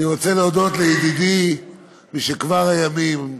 אני רוצה להודות לידידי משכבר הימים,